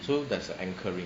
so there's a anchoring